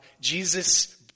Jesus